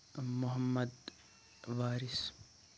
Mohammad Waris